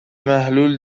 محلول